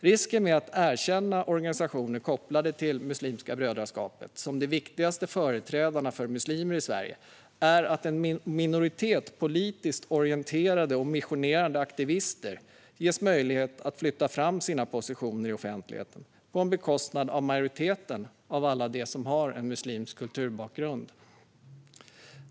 Risken med att erkänna organisationer kopplade till Muslimska brödraskapet som de viktigaste företrädarna för muslimer i Sverige är att en minoritet politiskt orienterade och missionerande aktivister ges möjlighet att flytta fram sina positioner i offentligheten på bekostnad av majoriteten av alla dem som har en muslimsk kulturbakgrund.